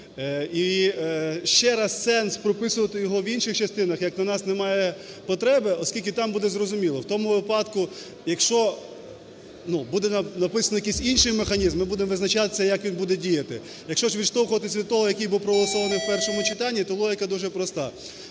і ще раз сенс прописувати його в інших частинах як то у нас немає потреби, оскільки там буде зрозуміло. В тому випадку, якщо буде написаний якийсь інший механізм, ми будемо визначатися як він буде діяти. Якщо відштовхуватись від того, який був проголосований в першому читанні, то логіка дуже проста.